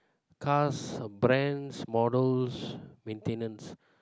cars brands models maintenance